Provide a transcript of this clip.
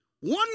one